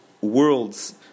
worlds